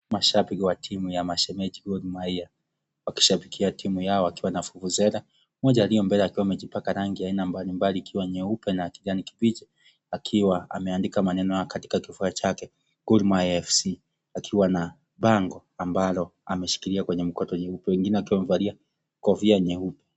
Mashabiki wa timu ya mashemeji Gor Mahia wakishabikia timu yao wakiwa na vuvuvzera mmoja aliye mbele akiwa amejipaka rangi aina mbalimbali ikiwa nyeupe na kijani kibichi akiwa ameandika maneno haya katika kifua chake Gor Mahia Fc akiwa na bango ambalo ameshikilia kwenye mkono nyeupe wengine wakiwa wamevalia kofia nyeupe.